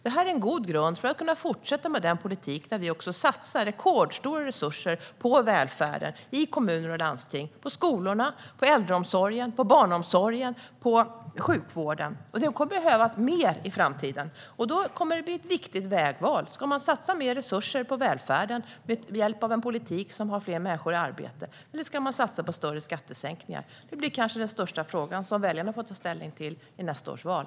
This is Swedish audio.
Det är en god grund för att vi ska kunna fortsätta med den politik där vi också satsar rekordstora resurser på välfärden i kommuner och landsting - på skolorna, på äldreomsorgen, på barnomsorgen och på sjukvården. Det kommer att behövas mer i framtiden. Då kommer det att bli ett viktigt vägval. Ska man satsa mer resurser på välfärden med hjälp av en politik som har fler människor i arbete, eller ska man satsa på större skattesänkningar? Det blir kanske den största fråga som väljarna får ta ställning till i nästa års val.